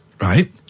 right